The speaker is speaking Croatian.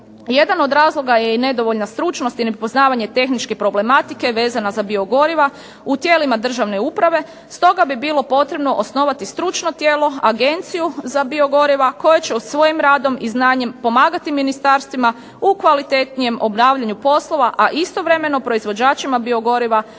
Jedan od razloga je i nedovoljna stručnost i nepoznavanje tehničke problematike vezana za biogoriva u tijelima državne uprave. Stoga bi bilo potrebno osnovati stručno tijelo, agenciju za biogoriva koja će svojim radom i znanjem pomagati ministarstvima u kvalitetnijem obnavljanju poslova, a istovremeno proizvođačima biogoriva